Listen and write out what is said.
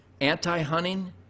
anti-hunting